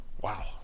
Wow